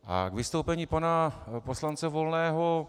A k vystoupení pana poslance Volného.